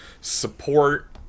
support